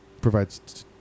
provides